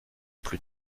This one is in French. plus